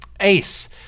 Ace